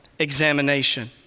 examination